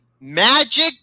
Magic